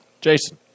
Jason